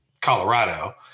Colorado